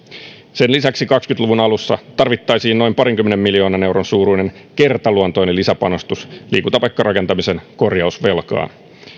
sen lisäksi kaksikymmentä luvun alussa tarvittaisiin noin parinkymmenen miljoonan euron suuruinen kertaluontoinen lisäpanostus liikuntapaikkarakentamisen korjausvelkaan